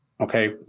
Okay